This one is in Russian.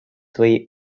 свои